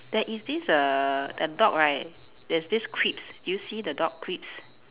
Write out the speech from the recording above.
there is this err a dog right there's there crisps do you see the dog crisps